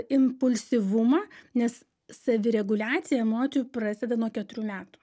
impulsyvumą nes savireguliacija emocijų prasideda nuo keturių metų